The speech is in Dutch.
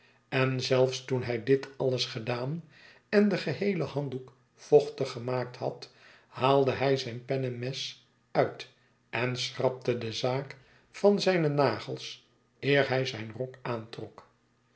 en zelfs toen hij dit alles gedaan en den geheelen handdoek vochtig gemaakt had haalde hij zijn pennemes uit en schrapte de zaak van zijne nagelsj eer hij zijn rok aantrok